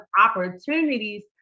opportunities